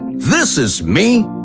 this is me,